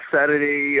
Saturday